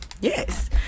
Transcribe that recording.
Yes